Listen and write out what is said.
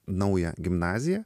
naują gimnaziją